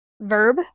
Verb